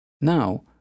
Now